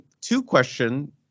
two-question